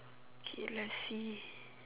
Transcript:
okay let's see